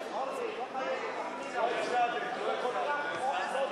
(דירות) (תיקון,